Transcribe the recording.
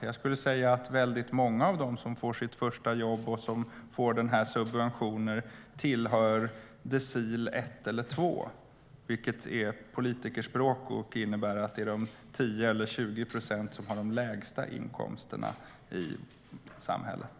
Jag skulle säga att väldigt många av dem som får sitt första jobb och som får den här subventionen tillhör decil 1 eller 2, vilket är politikerspråk och innebär att det är de 10 eller 20 procent som har de lägsta inkomsterna i samhället.